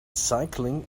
cycling